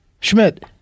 Schmidt